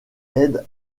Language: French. aide